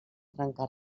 trencar